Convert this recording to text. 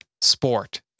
sport